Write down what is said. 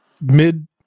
mid